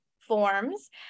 forms